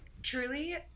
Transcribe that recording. Truly